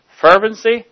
fervency